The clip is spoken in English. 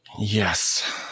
Yes